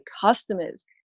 customers